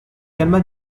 calma